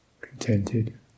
contented